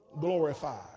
glorified